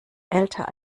älter